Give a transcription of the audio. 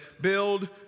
build